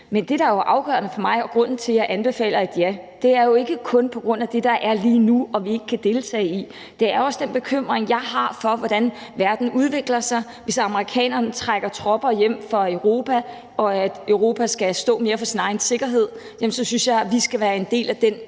men det, der er afgørende for mig og er grunden til, at jeg anbefaler et ja, er ikke kun det, der er lige nu, som vi ikke kan deltage i. Det er også den bekymring, jeg har for, hvordan verden udvikler sig, hvis amerikanerne trækker tropper hjem fra Europa og Europa skal stå mere for sin egen sikkerhed. Så synes jeg, at vi skal være en del af den